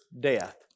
death